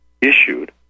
issued